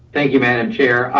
thank you, madam chair.